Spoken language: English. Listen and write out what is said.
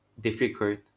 difficult